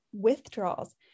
withdrawals